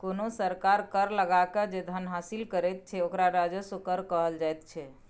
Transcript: कोनो सरकार कर लगाकए जे धन हासिल करैत छै ओकरा राजस्व कर कहल जाइत छै